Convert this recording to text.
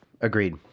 Agreed